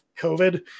COVID